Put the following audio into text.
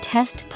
Test